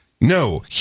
No